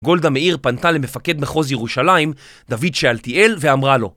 גולדה מאיר פנתה למפקד מחוז ירושלים, דוד שאלטיאל, ואמרה לו